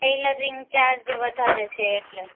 tailoring charge વધારે છે એટલે